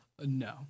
No